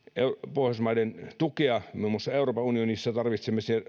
pohjoismaiden tukea muun muassa euroopan unionissa tarvitsemme siihen